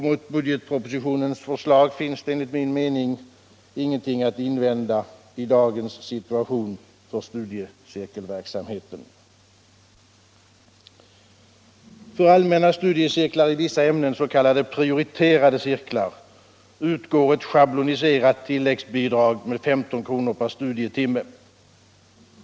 Mot budgetpropositionens förslag finns det enligt min mening ingenting att invända i dagens situation för studiecirkelverksamheten. För allmänna studiecirklar i vissa ämnen, s.k. prioriterade cirklar, utgår ett schabloniserat tilläggsbidrag med 15 kr. per studietimme.